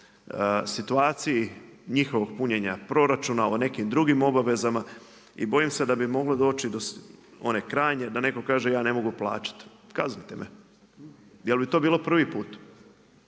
situaciji njihovog punjenja proračuna, o nekim drugim obavezama i bojim se da bi moglo doći do one krajnje, da neko kaže ja ne mogu plaćati kaznite me. Jel bi to bilo prvi put?